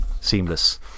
seamless